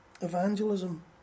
Evangelism